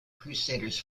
crusaders